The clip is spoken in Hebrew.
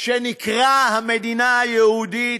שנקרא המדינה היהודית,